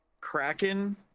Kraken